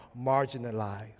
marginalized